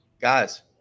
guys